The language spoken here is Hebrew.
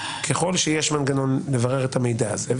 ככל שיש מנגנון לבירור המידע הזה,